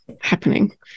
happening